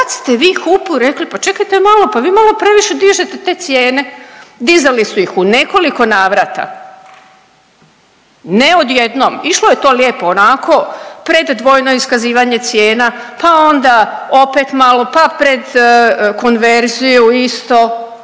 kad ste vi HUP-u rekli pa čekajte malo, pa vi malo previše dižete te cijene. Dizali su ih u nekoliko navrata ne odjednom. Išlo je to lijepo onako pred dvojno iskazivanje cijena, pa onda opet malo, pa pred konverziju isto.